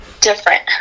different